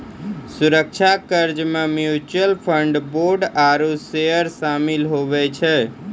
सुरक्षित कर्जा मे म्यूच्यूअल फंड, बोंड आरू सेयर सामिल हुवै छै